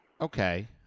Okay